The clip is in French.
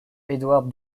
edward